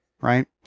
right